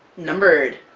numbered!